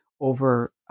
over